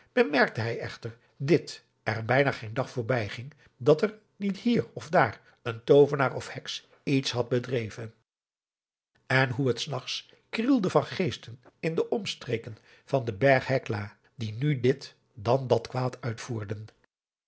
bemerkte hij echter dit er bijna geen dag voorbij ging dat adriaan loosjes pzn het leven van johannes wouter blommesteyn er niet hier of daar een toovenaar of heks iets had bedreven en hoe het s nachts krielde van geesten in de omstreken van den berg hekla die nu dit dan dat kwaad uitvoerden